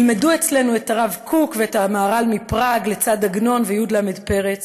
ילמדו אצלנו את הרב קוק ואת המהר"ל מפראג לצד עגנון וי"ל פרץ,